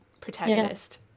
protagonist